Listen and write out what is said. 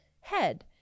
head